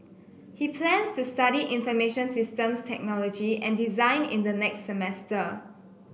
he plans to study information systems technology and design in the next semester